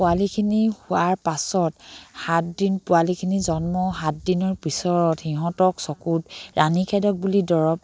পোৱালিখিনি হোৱাৰ পাছত সাতদিন পোৱালিখিনি জন্ম সাত দিনৰ পিছত সিহঁতক চকুত ৰাণীষেধক বুলি দৰৱ